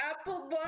Apple